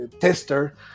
tester